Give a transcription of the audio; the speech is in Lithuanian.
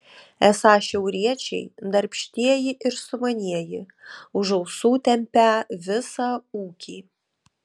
esą šiauriečiai darbštieji ir sumanieji už ausų tempią visą ūkį